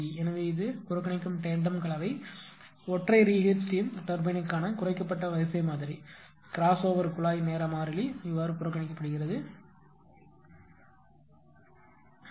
எனவே இது புறக்கணிக்கும் டெண்டம் கலவை ஒற்றை ரீஹீட் ஸ்டீம் டர்பைன்க்கான குறைக்கப்பட்ட வரிசை மாதிரி கிரஸோவர் குழாய் நேர மாறிலி புறக்கணிக்கப்படுகிறது இது செய்யப்படுகிறது